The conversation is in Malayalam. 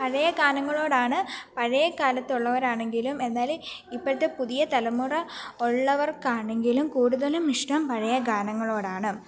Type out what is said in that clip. പഴയ ഗാനങ്ങളോടാണ് പഴയ കാലത്തുള്ളവരാണെങ്കിലും എന്നാൽ ഇപ്പോഴത്തെ പുതിയ തലമുറ ഉള്ളവർക്കാണെങ്കിലും കൂടുതലും ഇഷ്ടം പഴയ ഗാനങ്ങളോടാണ്